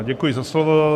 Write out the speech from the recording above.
Děkuji za slovo.